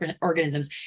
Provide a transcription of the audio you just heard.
organisms